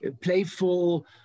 playful